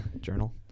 Journal